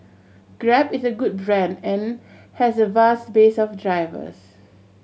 grab is a good brand and has a vast base of drivers